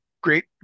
great